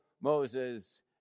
Moses